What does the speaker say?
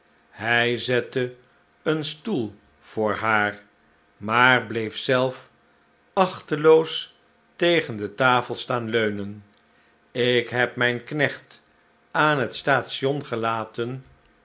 hij zette een stoel voor haar maar bleef zelf achteloos tegen de tafel staan leunen ik heb mijn knecht aan het station gelaten